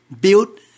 build